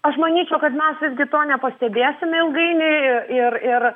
aš manyčiau kad mes visgi to nepastebėsim ilgainiui ir ir ir